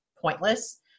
pointless